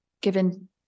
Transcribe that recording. given